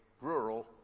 rural